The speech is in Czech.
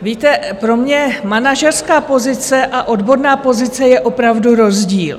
Víte, pro mě manažerská pozice a odborná pozice je opravdu rozdíl.